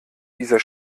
dieser